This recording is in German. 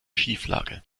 schieflage